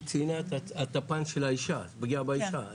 את הפן של האישה, הפגישה באישה.